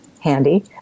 handy